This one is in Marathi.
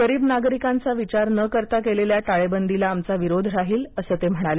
गरीब नागरिकांचा विचार न करता केलेल्या टाळेबंदीला आमचा विरोध राहील असं ते म्हणाले